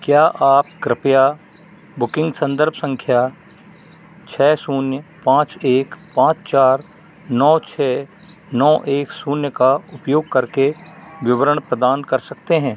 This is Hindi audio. क्या आप कृपया बुकिंग संदर्भ संख्या छः शून्य पाँच एक पाँच चार नौ छः नौ एक शून्य का उपयोग करके विवरण प्रदान कर सकते हैं